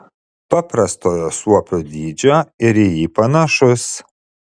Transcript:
paprastojo suopio dydžio ir į jį panašus